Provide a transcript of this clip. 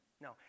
no